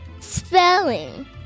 Spelling